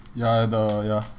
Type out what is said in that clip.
ya the ya